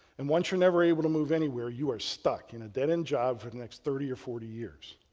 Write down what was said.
and once you're never able to move anywhere, you are stuck in a dead-end job for the next thirty or forty years.